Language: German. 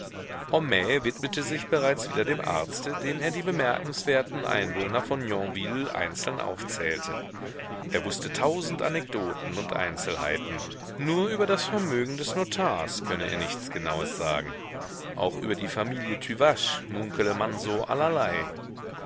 widmete sich bereits wieder dem arzte dem er die bemerkenswerten einwohner von yonville einzeln aufzählte er wußte tausend anekdoten und einzelheiten nur über das vermögen des notars könne er nichts genaues sagen auch über die familie tüvache munkele man so allerlei